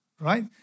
right